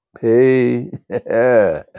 hey